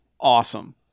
awesome